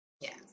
yes